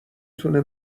تونه